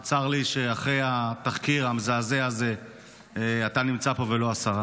וצר לי שאחרי התחקיר המזעזע הזה אתה נמצא פה ולא השרה,